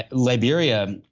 ah liberia,